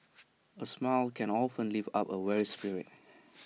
A smile can often lift up A weary spirit